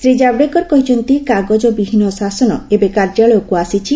ଶ୍ରୀ ଜାଭଡେକର କହିଛନ୍ତି କାଗଜ ବିହୀନ ଶାସନ ଏବେ କାର୍ଯ୍ୟାଳୟକୁ ଆସିଛି